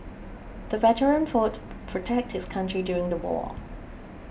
the veteran fought to protect his country during the war